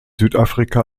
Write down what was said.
südafrika